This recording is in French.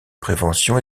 prévention